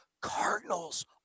Cardinals